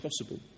possible